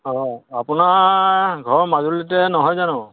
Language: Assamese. অঁ আপোনাৰ ঘৰ মাজুলীতে নহয় জানো